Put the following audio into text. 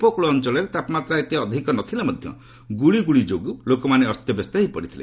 ଉପକୃଳ ଅଞ୍ଚଳରେ ତାପମାତ୍ରା ଏତେ ଅଧିକ ନଥିଲେ ମଧ୍ୟ ଗୁଳୁଗୁଳି ଯୋଗୁଁ ଲୋକମାନେ ଅସ୍ତବ୍ୟସ୍ତ ହୋଇପଡ଼ିଥିଲେ